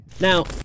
Now